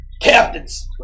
Captains